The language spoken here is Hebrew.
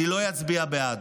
אני לא אצביע בעד.